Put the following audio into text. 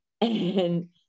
and-